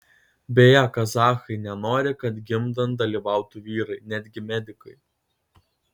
beje kazachai nenori kad gimdant dalyvautų vyrai netgi medikai